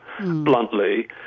bluntly